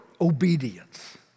obedience